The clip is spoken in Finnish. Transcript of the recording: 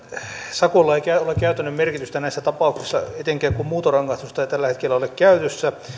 sakolla ei ole käytännön merkitystä näissä tapauksissa etenkään kun muuntorangaistusta ei tällä hetkellä ole käytössä